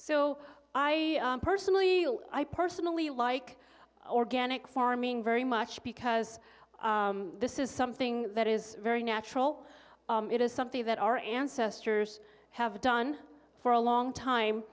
i personally i personally like organic farming very much because this is something that is very natural it is something that our ancestors have done for a long time